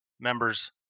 members